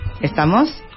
estamos